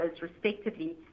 respectively